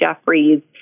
Jeffries